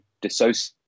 dissociate